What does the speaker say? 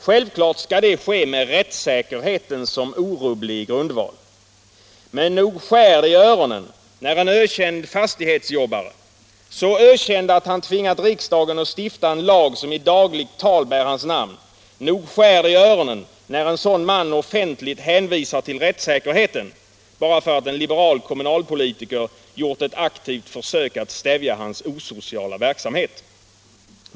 Självklart skall det ske med rättssäkerheten som orubblig grundval. Men nog skär det i öronen när en ökänd fastighetsjobbare — så ökänd att han tvingat riksdagen stifta en lag som i dagligt tal bär hans namn — offentligt hänvisar till rättssäkerheten bara för att en liberal kommunalpolitiker gjort ett aktivt försök att stävja hans osociala verksamhet.